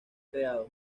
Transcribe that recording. creado